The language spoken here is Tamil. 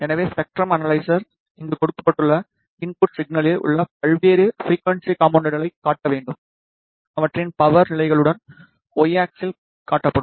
எனவே ஸ்பெக்ட்ரம் அனலைசர் இங்கு கொடுக்கப்பட்டுள்ள இன்புட் சிக்னலில் உள்ள பல்வேறு ஃபிரிக்குவன்ஸி காம்போனென்ட்களைக் காட்ட வேண்டும் அவற்றின் பவர் நிலைகளுடன் Y ஆக்ஸிஸ்லில் காட்டப்படும்